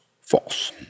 false